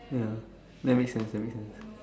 ya that makes sense that makes sense